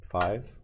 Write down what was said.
Five